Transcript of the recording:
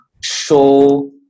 show